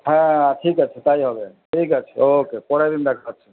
হ্যাঁ ঠিক আছে তাই হবে ঠিক আছে ওকে পরে একদিন দেখা করছি